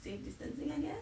safe distancing again